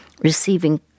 receiving